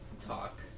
talk